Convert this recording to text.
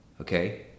Okay